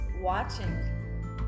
watching